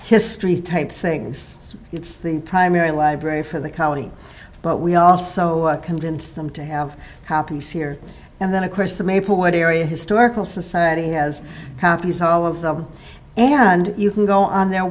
history type things it's the primary library for the colony but we also convinced them to have copies here and then of course the maplewood area historical society has copies of all of them and you can go on their